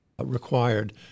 required